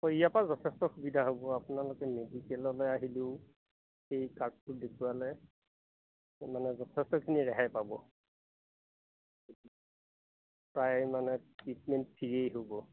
ইয়াৰ পৰা যথেষ্ট সুবিধা হ'ব আপোনালোকে মেডিকেললে আহিলেও সেই কাৰ্ডটো দেখুৱালে মানে যথেষ্টখিনি ৰেহাই পাব প্ৰায় মানে ট্ৰিটমেণ্ট ফ্ৰীয়েই হ'ব